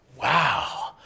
Wow